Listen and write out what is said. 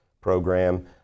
program